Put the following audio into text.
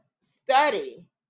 study